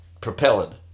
propelled